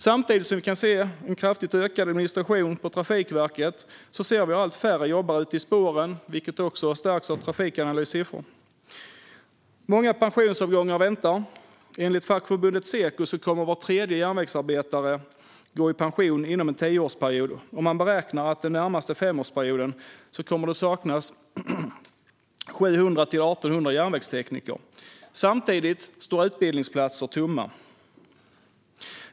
Samtidigt som vi kan se kraftigt ökad administration på Trafikverket ser vi att allt färre jobbar ute i spåren, vilket också stärks av Trafikanalys siffror. Och många pensionsavgångar väntar. Enligt fackförbundet Seko kommer var tredje järnvägsarbetare att gå i pension inom en tioårsperiod. Man beräknar att det kommer att saknas 700-1 800 järnvägstekniker den närmaste femårsperioden. Samtidigt står utbildningsplatser tomma.